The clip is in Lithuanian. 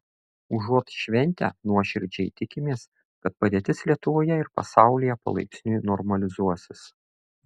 užuot šventę nuoširdžiai tikimės kad padėtis lietuvoje ir pasaulyje palaipsniui normalizuosis